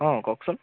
অঁ কওকচোন